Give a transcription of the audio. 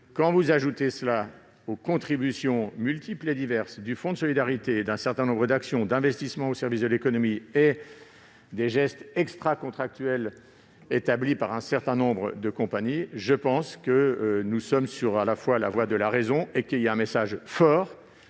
Quand vous ajoutez ce montant aux contributions multiples et diverses du fonds de solidarité et à un certain nombre d'actions ou d'investissements au service de l'économie, et aux gestes extracontractuels faits par un certain nombre de compagnies, je pense que nous sommes sur la voie de la raison, tandis qu'un message fort